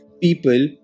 People